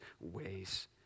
ways